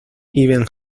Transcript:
even